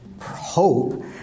hope